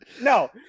No